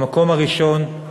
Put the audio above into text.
במקום הראשון,